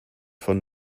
von